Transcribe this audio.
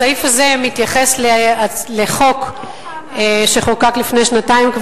הסעיף הזה מתייחס לחוק שחוקק כבר לפני שנתיים,